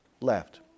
left